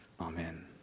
Amen